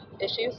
issues